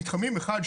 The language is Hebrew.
במתחמים אחד,